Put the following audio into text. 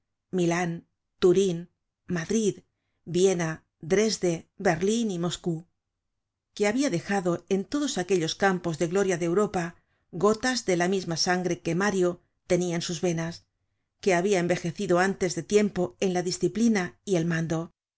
milan turin madrid viena dresde berlin y moscow que habia dejado en todos aquellos campos de gloria de europa gotas de la misma sangre que mario tenia en sus venas que habia envejecido antes de tiempo en la disciplina y el mando